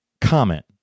comment